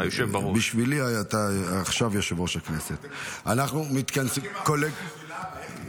חוזרים ונלחמים עכשיו ממש, ברגעים האלה.